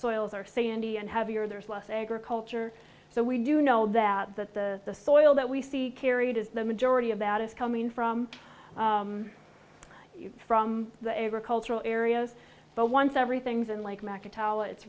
are standing and heavier there's less agriculture so we do know that that the soil that we see carried is the majority of that is coming from from the agricultural areas but once everything's in like